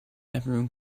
everyone